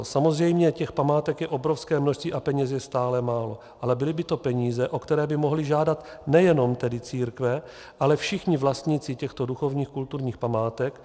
Samozřejmě těch památek je obrovské množství a peněz je stále málo, ale byly by to peníze, o které by mohly žádat nejenom tedy církve, ale všichni vlastníci těchto duchovních kulturních památek.